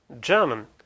German